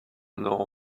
know